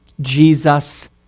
Jesus